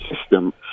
system